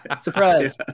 Surprise